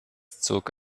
zog